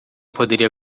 poderia